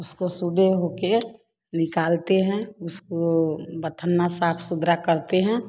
उसको सुबह होकर निकालते हैं उसको बथान्ना साफ़ सुथरा करते हैं